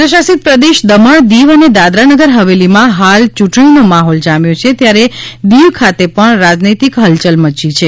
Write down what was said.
કેન્દ્રશાસિત પ્રદેશ દમણ દીવ અને દાદરા નગર હવેલીમા હાલ યુંટણીનો માહોલ જામ્યો છે ત્યારે દીવ ખાતે પણ રાજનૈતિક હલયલ મચી છે